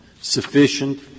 sufficient